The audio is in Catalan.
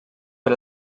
per